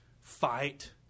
fight